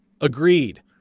Agreed